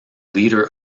leader